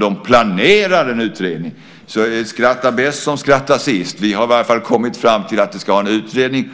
De planerar en utredning. Så skrattar bäst som skrattar sist. Vi har i varje fall kommit fram till att vi ska ha en utredning.